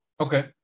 Okay